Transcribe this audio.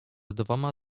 dwoma